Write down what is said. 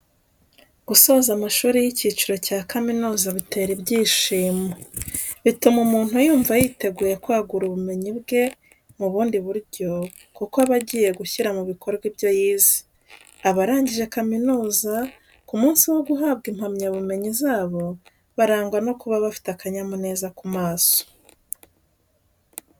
Gusoza amashuri y'icyiciro cya kaminuza bitera ibyishimo, bituma umuntu yumva yiteguye kwagura ubumenyi bwe mu bundi buryo kuko aba agiye gushyira mu bikorwa ibyo yize. Abarangije kaminuza ku munsi wo guhabwa impamyabumenyi zabo, barangwa no kuba bafite akanyamuneza ku maso.